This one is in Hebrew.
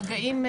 במגעים,